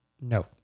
No